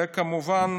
וכמובן,